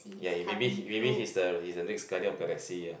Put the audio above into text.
ya he maybe he maybe he's the he's the next Guardian of the Galaxy ah